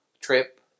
trip